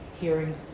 hearing